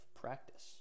practice